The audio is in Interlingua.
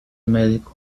medico